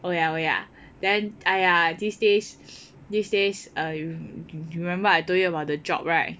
oh ya oh ya then !aiya! these days these days uh you remember I told you about the job right